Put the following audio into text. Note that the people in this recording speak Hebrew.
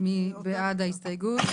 מי בעד ההסתייגות?